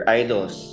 idols